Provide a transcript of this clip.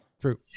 True